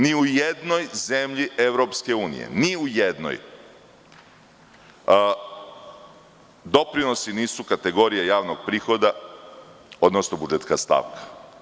Ni u jednoj zemlji EU doprinosi nisu kategorija javnog prihoda, odnosno budžetska stavka.